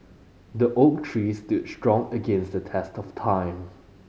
the oak tree stood strong against the test of time